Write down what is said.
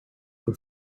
for